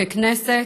ככנסת,